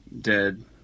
dead